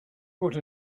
brought